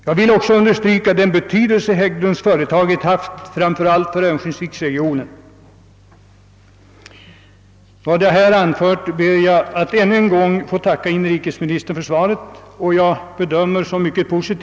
Jag vill också understryka den betydelse Hägglundsföretaget haft för framför allt örnsköldsviksregionen. Med vad jag här anfört ber jag att ännu en gång få tacka inrikesministern för svaret, som jag bedömer som mycket positivt.